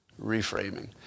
Reframing